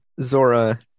Zora